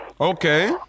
Okay